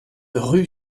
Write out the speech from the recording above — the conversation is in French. rue